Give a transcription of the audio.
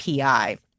API